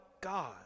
God